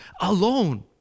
alone